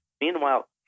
Meanwhile